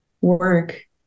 work